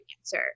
answer